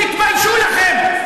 תתביישו לכם.